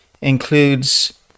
includes